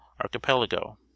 archipelago